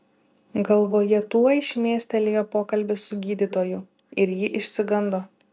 galvoje tuoj šmėstelėjo pokalbis su gydytoju ir ji išsigando